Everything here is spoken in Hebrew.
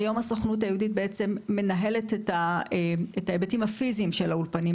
יו"ר הסוכנות היהודית בעצם מנהלת את ההיבטים הפיזיים של האולפנים.